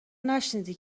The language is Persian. نشنیدی